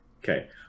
okay